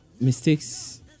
Mistakes